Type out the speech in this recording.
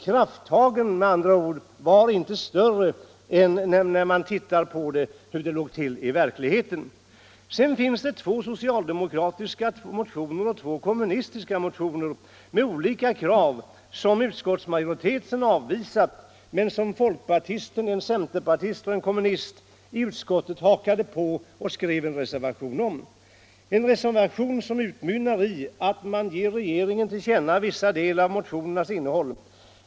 ”Krafttagen” var inte större, när man ser hur det låg till i verkligheten. Sedan fanns det två socialdemokratiska och två kommunistiska motioner med olika krav. Utskottsmajoriteten avvisade dessa motioner, men en folkpartist, en centerpartist och en kommunist hakade på och skrev en reservation, som utmynnar i att man ger regeringen till känna vissa delar av motionernas innehåll.